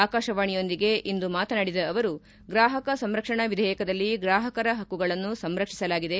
ಆಕಾಶವಾಣಿಯೊಂದಿಗೆ ಇಂದು ಮಾತನಾಡಿದ ಅವರು ಗ್ರಾಹಕ ಸಂರಕ್ಷಣಾ ವಿಧೇಯಕದಲ್ಲಿ ಗ್ರಾಹಕರ ಹಕ್ಕುಗಳನ್ನು ಸಂರಕ್ಷಿಸಲಾಗಿದೆ